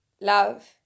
Love